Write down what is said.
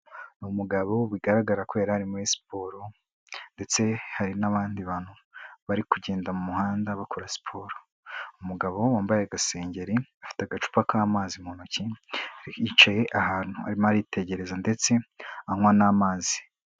Ni umugabo bigaragara ko yari ari muri siporo ndetse hari n'abandi bantu bari kugenda mu muhanda bakora siporo. Umugabo wambaye agasengeri, afite agacupa k'amazi mu ntoki, yicaye ahantu arimo aritegereza ndetse anywa n'amazi.